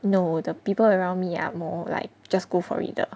no the people around me are more like just go for it 的